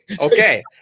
okay